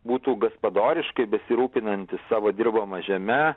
būtų gaspadoriškai besirūpinantis savo dirbama žeme